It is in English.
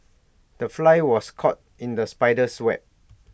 the fly was caught in the spider's web